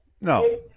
No